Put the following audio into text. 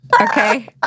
Okay